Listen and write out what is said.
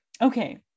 okay